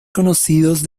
conocidos